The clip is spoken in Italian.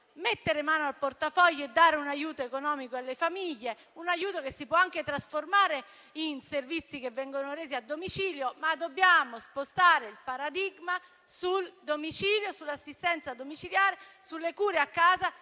mettere mano al portafoglio e dare un aiuto economico alle famiglie, un aiuto che si può anche trasformare in servizi che vengono resi a domicilio. Dobbiamo spostare il paradigma sul domicilio, sull'assistenza domiciliare e sulle cure a casa,